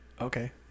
okay